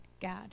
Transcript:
God